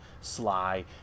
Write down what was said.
Sly